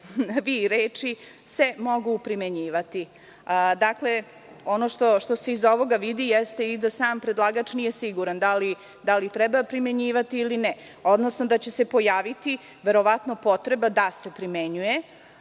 reči: „se mogu primenjivati“.Dakle, ono što se iz ovoga vidi jeste i da sam predlagač nije siguran da li treba primenjivati ili ne, odnosno da će se pojaviti verovatno potreba da se primenjuje.